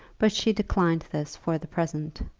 but she declined this for the present.